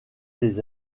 des